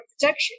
protection